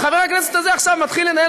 וחבר הכנסת הזה מתחיל עכשיו לנהל